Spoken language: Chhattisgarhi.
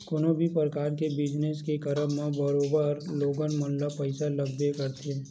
कोनो भी परकार के बिजनस के करब म बरोबर लोगन मन ल पइसा लगबे करथे